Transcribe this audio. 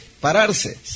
pararse